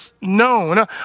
known